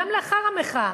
גם לאחר המחאה.